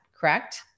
Correct